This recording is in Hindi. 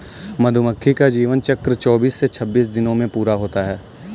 मधुमक्खी का जीवन चक्र चौबीस से छब्बीस दिनों में पूरा होता है